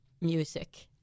music